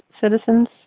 citizens